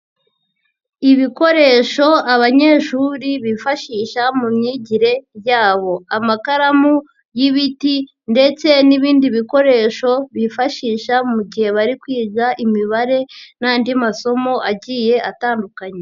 Ibikoresho abanyeshuri bifashisha mu myigire yabo, amakaramu y'ibiti ndetse n'ibindi bikoresho bifashisha mu gihe bari kwiga imibare n'andi masomo agiye atandukanye.